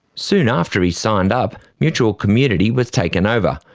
soon after he signed up, mutual community was taken over,